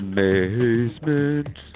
Amazement